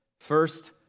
First